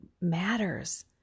matters